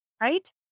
right